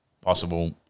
possible